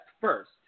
first